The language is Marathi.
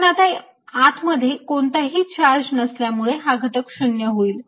पण आत मध्ये कोणताही चार्ज नसल्यामुळे हा घटक 0 होऊन जाईल